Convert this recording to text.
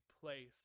place